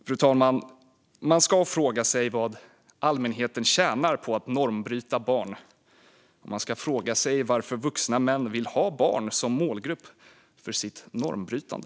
Fru talman! Man ska fråga sig vad allmänheten tjänar på att normbryta barn. Man ska också fråga sig varför vuxna män vill ha barn som målgrupp för sitt normbrytande.